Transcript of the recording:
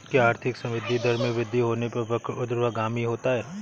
क्या आर्थिक संवृद्धि दर में वृद्धि होने पर वक्र ऊर्ध्वगामी होता है?